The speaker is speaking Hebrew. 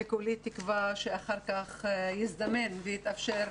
וכולי תקווה שאחר כך יזדמן ויתאפשר,